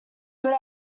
good